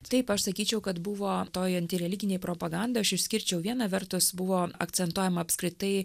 taip aš sakyčiau kad buvo toj antireliginėj propagandoj aš išskirčiau viena vertus buvo akcentuojama apskritai